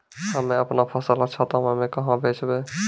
हम्मे आपनौ फसल अच्छा दामों मे कहाँ बेचबै?